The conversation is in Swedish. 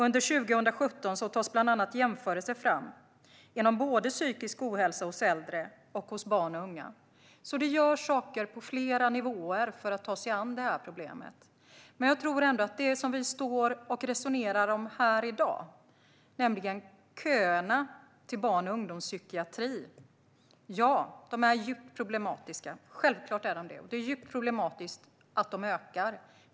Under 2017 tas bland annat jämförelser fram inom psykisk ohälsa både hos äldre och hos barn och unga. Det görs alltså saker på flera nivåer för att ta sig an det här problemet. Men jag tror ändå att köerna till barn och ungdomspsykiatrin, det som vi resonerar om här i dag, är djupt problematiska. Självklart är de det, och det är djupt problematiskt att de ökar.